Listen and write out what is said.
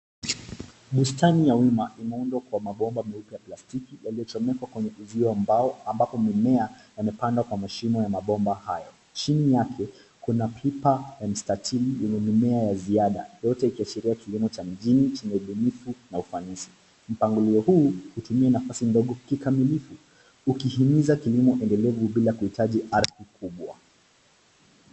Bustani ya umma imeundwa kwa mabomba meupe ya plastiki yaliyochomekwa kwenye uzio wa mbao ambapo mimea yamepandwa kwa mashimo ya mabomba hayo. Chini yake kuna pipa ya mstatili yenye mimea ya ziada yote ikiashiria kilimo cha mijini chenye ubunifu na ufanisi. Mpangilio huu hutumia nafasi ndogo kikamilifu ukihimiza kilimo endelevu bila kuhitaji ardhi kubwa.